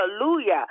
hallelujah